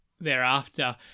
thereafter